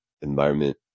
Environment